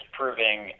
proving